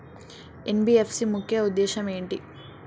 NBFC ముఖ్య ఉద్దేశం ఏంటి?